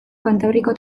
kantabriko